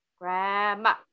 grandma